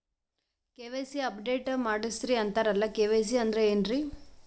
KYC update ಮಾಡಸ್ರೀ ಅಂತರಲ್ಲ KYC ಅಂದ್ರ ಏನ್ರೀ?